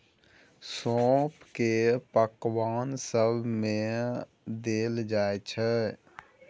सौंफ केँ पकबान सब मे देल जाइ छै